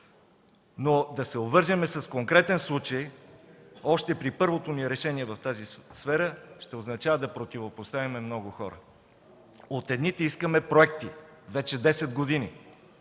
но да се обвържем с конкретен случай още при първото ни решение в тази сфера, ще означава да противопоставим много хора. От едните искаме проекти вече 10 години